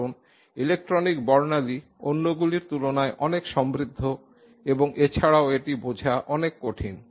কারণ ইলেকট্রনিক বর্ণালী অন্যগুলির তুলনায় অনেক সমৃদ্ধ এবং এছাড়াও এটি বোঝা অনেক কঠিন